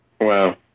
wow